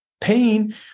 Pain